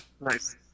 Nice